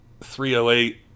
308